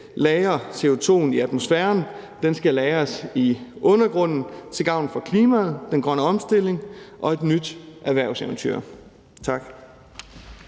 lagre CO2'en i atmosfæren, den skal lagres i undergrunden til gavn for klimaet, den grønne omstilling og et nyt erhvervseventyr. Tak.